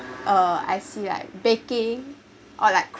uh I see like baking or like